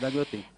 תודה, גברתי.